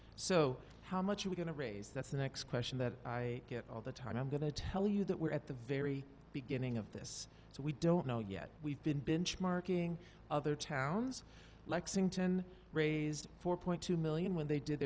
so how much are we going to raise that's the next question that i get all the time i'm going to tell you that we're at the very beginning of this so we don't know yet we've been binge marking other towns lexington raised four point two million when they did